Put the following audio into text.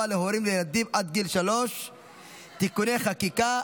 להורים לילדים עד גיל שלוש (תיקוני חקיקה),